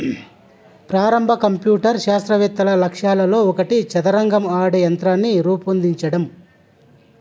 ప్రారంభ కంప్యూటర్ శాస్త్రవేత్తల లక్ష్యాలలో ఒకటి చదరంగం ఆడే యంత్రాన్ని రూపొందించడం